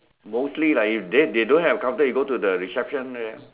mostly lah if they if they don't have a counter you go to the reception there